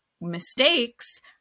mistakes